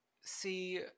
see